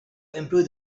improve